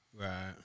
Right